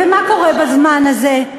ומה קורה בזמן הזה?